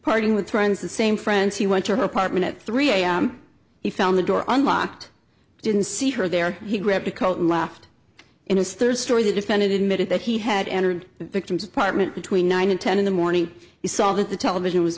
parting with friends the same friends he went to her apartment at three am he found the door unlocked didn't see her there he grabbed the coat and laughed in his third story the defendant admitted that he had entered the victim's apartment between nine and ten in the morning he saw that the television was